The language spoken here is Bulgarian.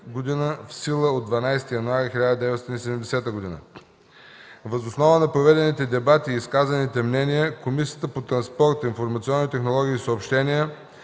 в сила от 12 януари 1970 г. Въз основа на проведените дебати и изказаните мнения, Комисията по транспорт, информационни технологии и съобщения,